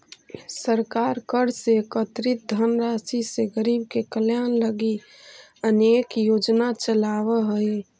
सरकार कर से एकत्रित धनराशि से गरीब के कल्याण लगी अनेक योजना चलावऽ हई